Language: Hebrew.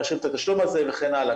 לאשר את התשלום הזה וכן הלאה.